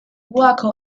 waco